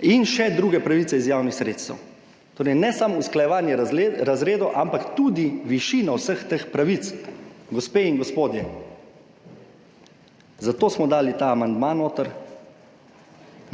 In še druge pravice iz javnih sredstev, torej ne samo usklajevanje razredov, ampak tudi višina vseh teh pravic. Gospe in gospodje, zato smo dali notri ta amandma,